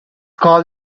called